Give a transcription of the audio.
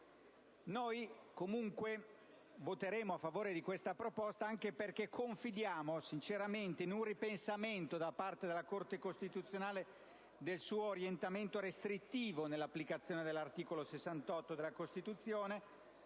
Noi comunque voteremo a favore della proposta confidando in un ripensamento da parte della Corte costituzionale rispetto al suo orientamento restrittivo nell'applicazione dell'articolo 68 della Costituzione